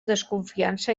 desconfiança